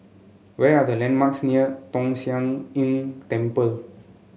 where are the landmarks near Tong Sian Temple